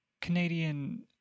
Canadian